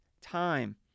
time